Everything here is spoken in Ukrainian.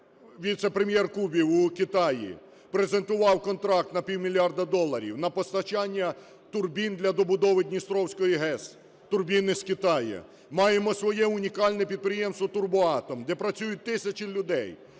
віце-прем'єр Кубів у Китаї презентував контракт на півмільярда доларів на постачання турбін для добудови Дністровської ГЕС. Турбін із Китаю. Маємо своє унікальне підприємство "Турбоатом", де працюють тисячі людей.